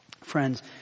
Friends